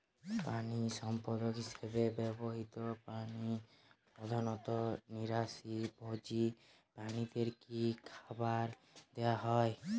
প্রাণিসম্পদ হিসেবে ব্যবহৃত প্রাণী প্রধানত নিরামিষ ভোজী প্রাণীদের কী খাবার দেয়া হয়?